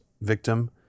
victim